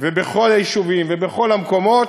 בכל היישובים ובכל המקומות,